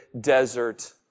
desert